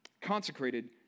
Consecrated